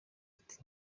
ati